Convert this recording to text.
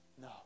No